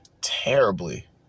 terribly